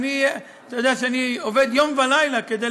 אתה יודע שאני עובד יום ולילה כדי